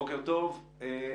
בוקר טוב,